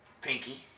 pinky